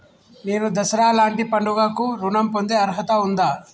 నేను దసరా లాంటి పండుగ కు ఋణం పొందే అర్హత ఉందా?